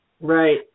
Right